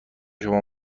شما